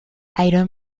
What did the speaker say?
iron